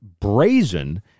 brazen